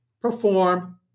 perform